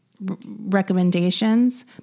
recommendations